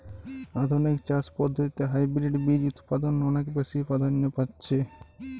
আধুনিক চাষ পদ্ধতিতে হাইব্রিড বীজ উৎপাদন অনেক বেশী প্রাধান্য পাচ্ছে